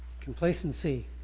Complacency